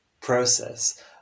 process